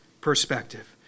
perspective